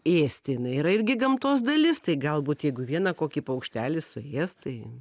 ėsti jinai yra irgi gamtos dalis tai galbūt jeigu vieną kokį paukštelį suės tai